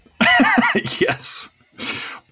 Yes